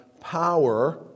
power